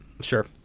sure